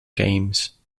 games